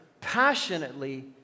passionately